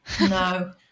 No